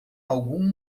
algum